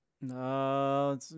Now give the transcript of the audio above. No